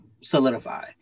solidify